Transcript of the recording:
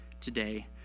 today